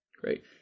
great